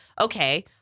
okay